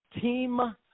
Team